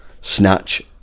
Snatch